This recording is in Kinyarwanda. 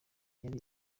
yari